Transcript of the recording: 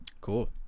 Cool